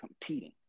competing